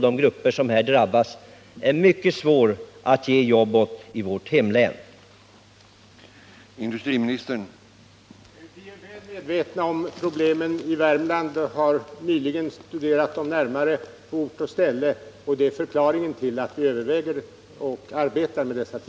Det är i mitt hemlän mycket svårt att ge arbete åt de människor och de grupper som här drabbas.